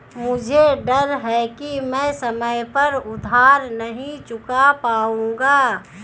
मुझे डर है कि मैं समय पर उधार नहीं चुका पाऊंगा